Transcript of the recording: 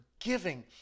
forgiving